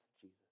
Jesus